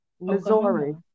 Missouri